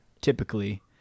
typically